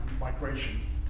migration